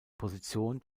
position